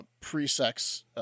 pre-sex